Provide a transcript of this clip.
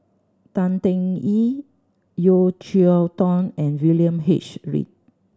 Tan Teng Yee Yeo Cheow Tong and William H Read